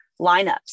lineups